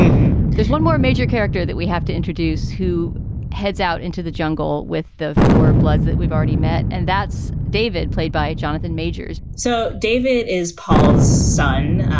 there's one more major character that we have to introduce who heads out into the jungle with the four bloods that we've already met. and that's david, played by jonathan majors so david is paul's son,